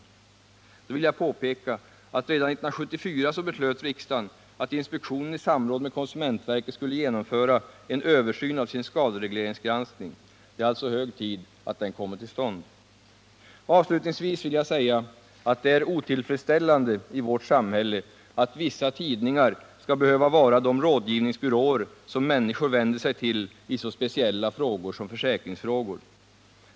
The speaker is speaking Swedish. Jag vill påpeka att riksdagen redan 1974 beslöt att inspektionen i samråd med konsumentverket skulle genomföra en översyn av sin skaderegleringsgranskning. Det är alltså hög tid att den kommer till stånd. Avslutningsvis vill jag säga, att det är otillfredsställande i vårt samhälle att vissa tidningar skall behöva vara de rådgivningsbyråer som människor vänder sig till i så speciella frågor som försäkringsärenden.